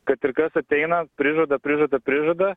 kad ir kas ateina prižada prižada prižada